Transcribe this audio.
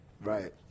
right